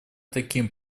таким